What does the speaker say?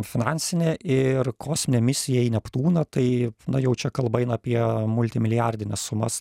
finansinė ir kosminė misija į neptūną tai na jau čia kalba eina apie multi milijardines sumas